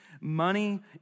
money